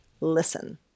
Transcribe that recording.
listen